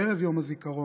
בערב יום הזיכרון,